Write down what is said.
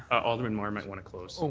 alderman mar might want to close. oh,